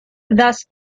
thus